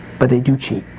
but they do cheat.